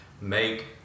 make